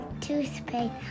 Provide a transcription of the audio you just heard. toothpaste